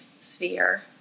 sphere